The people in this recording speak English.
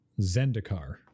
Zendikar